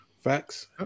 Facts